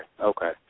okay